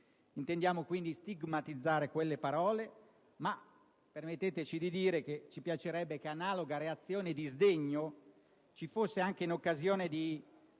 Intendiamo quindi stigmatizzare quelle parole, ma permetteteci di dire che ci piacerebbe che analoga reazione di sdegno ci fosse anche in occasione di